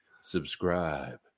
subscribe